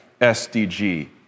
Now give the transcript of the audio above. SDG